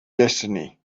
destiny